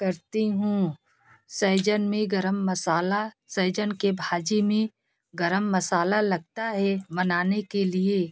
करती हूँ सैजन में गरम मसाला सैजन के भाजी में गरम मसाला लगता है बनाने के लिए